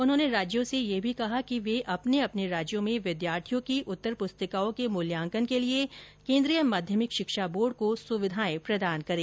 उन्होंने राज्यों से ये भी कहा कि वे अपने अपने राज्यों में विद्यार्थियों की उत्तर पुस्तिकाओं के मूल्यांकन के लिए केंद्रीय माध्यमिक शिक्षा बोर्ड को सुविधाएं प्रदान करें